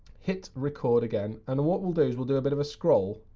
hit record again, and what we'll do is we'll do a bit of a scroll.